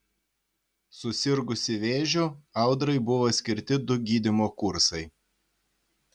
susirgusi vėžiu audrai buvo skirti du gydymo kursai